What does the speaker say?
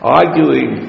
arguing